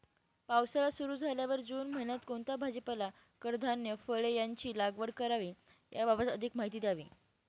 पावसाळा सुरु झाल्यावर जून महिन्यात कोणता भाजीपाला, कडधान्य, फळे यांची लागवड करावी याबाबत अधिक माहिती द्यावी?